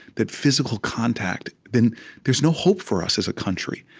that physical contact then there's no hope for us as a country,